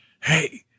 hey